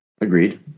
Agreed